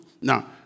Now